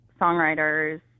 songwriters